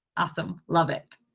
awesome. love it.